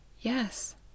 Yes